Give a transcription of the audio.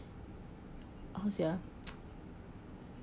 how’s ya